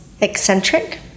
eccentric